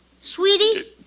Sweetie